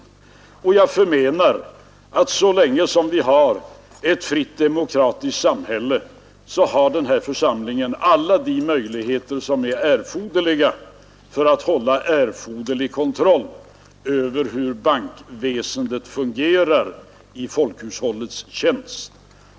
Så länge vi har ett fritt demokratiskt samhälle har denna församling enligt min mening alla möjligheter att hålla erforderlig kontroll över hur bankväsendet fungerar i folkhushållets tjänst.